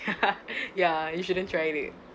ya ya you shouldn't try it